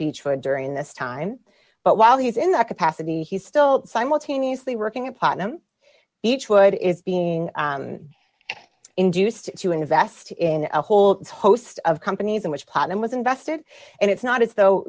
beechwood during this time but while he's in that capacity he's still simultaneously working upon him each would is being induced to invest in a whole host of companies in which pot and was invested and it's not as though